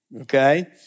okay